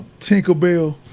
Tinkerbell